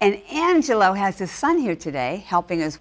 and angelo has a son here today helping as